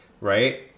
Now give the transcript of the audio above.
right